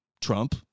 Trump